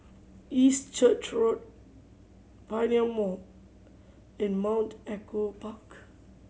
East Church Road Pioneer Mall and Mount Echo Park